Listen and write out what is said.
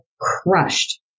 crushed